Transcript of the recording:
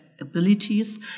abilities